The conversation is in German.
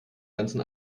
ganzen